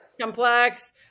Complex